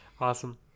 Awesome